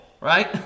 right